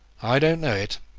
i don't know it.